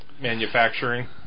manufacturing